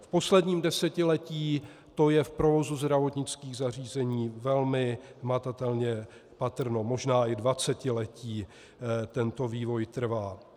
V posledním desetiletí to je v provozu zdravotnických zařízení velmi hmatatelně patrné, možná i dvacetiletí tento vývoj trvá.